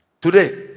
today